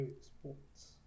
sports